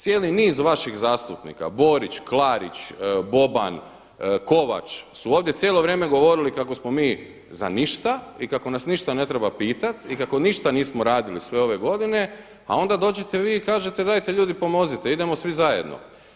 Cijeli niz vaših zastupnika Borić, Klarić, Boban, Kovač su ovdje cijelo vrijeme govorili kako smo mi za ništa i kako nas ništa ne treba pitati i kako ništa nismo radili sve ove godine a onda dođete vi i kažete dajte ljudi pomozite, idemo svi zajedno.